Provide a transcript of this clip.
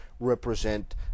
represent